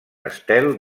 estel